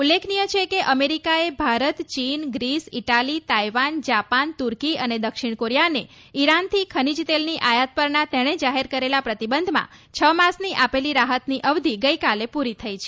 ઉલ્લેખનિય છે કે અમેરિકાએ ભારત ચીન ગ્રીસ ઈટાલી તાઈવાન જાપાન તુર્કી અને દક્ષિણ કોરીયાને ઈરાનથી ખનીજ તેલની આયાત પરના તેણે જાહેર કરેલા પ્રતિબંધમાં છ માસની આપેલી રાહતની અવધી ગઈકાલે પૂરી થઈ છે